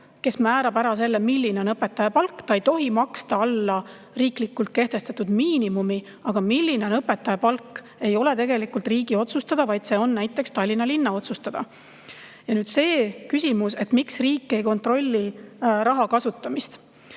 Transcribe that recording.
kes määrab ära selle, milline on õpetaja palk. Ta ei tohi maksta alla riiklikult kehtestatud miinimumi, aga milline on õpetaja palk, ei ole tegelikult riigi otsustada, vaid see on näiteks Tallinna linna otsustada. Ja nüüd see küsimus, miks riik ei kontrolli raha kasutamist.